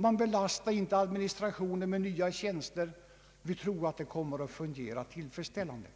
Man belastar inte administrationen med nya tjänster. Vi tror att det kommer att fungera tillfredsställande.